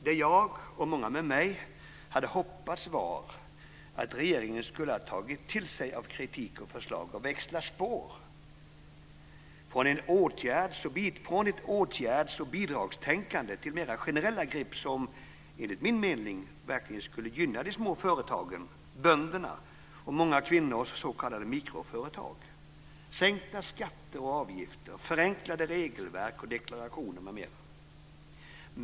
Det jag, och många med mig, hade hoppats var att regeringen skulle ha tagit till sig av kritik och förslag och växlat spår från ett åtgärds och bidragstänkande till mera generella grepp som, enligt min mening, verkligen skulle gynna de små företagen, bönderna och många kvinnors s.k. mikroföretag. Det skulle vara sänkta skatter och avgifter, förenklade regelverk och deklarationer m.m.